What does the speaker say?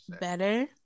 Better